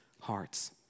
hearts